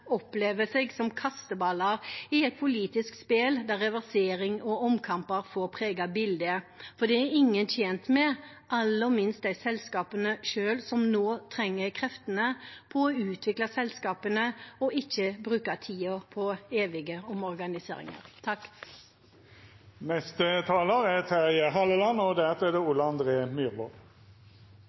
opplever seg som kasteballer i et politisk spill der reversering og omkamper får prege bildet. Det er ingen tjent med, aller minst selskapene selv, som nå trenger å bruke kreftene på å utvikle selskapene og ikke bruke tiden på evige omorganiseringer. Samfunnet vårt står foran en stor omstilling, og kraftsektoren er